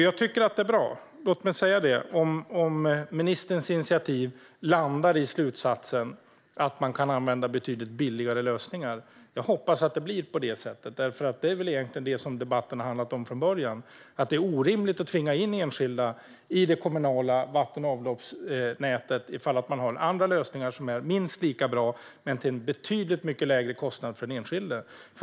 Jag tycker att det är bra - låt mig säga det - om ministerns initiativ landar i slutsatsen att man kan använda betydligt billigare lösningar. Jag hoppas att det blir på det sättet. Det är väl egentligen det som debatten har handlat om från början - att det är orimligt att tvinga in enskilda i det kommunala vatten och avloppsnätet om man har andra lösningar som är minst lika bra men till en betydligt lägre kostnad för den enskilde.